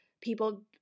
people